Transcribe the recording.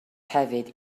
hefyd